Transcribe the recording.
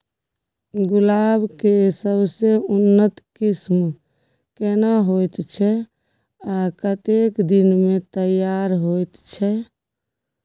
गुलाब के सबसे उन्नत किस्म केना होयत छै आ कतेक दिन में तैयार होयत छै?